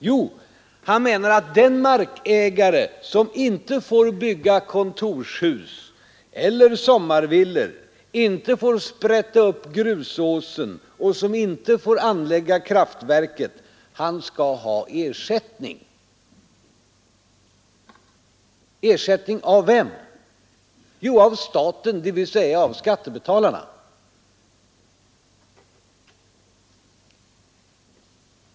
Jo, han menar att de markägare, som inte får bygga kontorshus eller sommarvillor, inte får sprätta upp grusåsen och inte får anlägga kraftverk, skall ha ersättning. Ersättning av vem? Jo, av staten, dvs. av skattebetalarna.